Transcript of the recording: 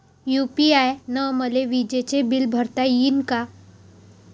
UPI न मले विजेचं बिल भरता यीन का?